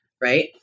right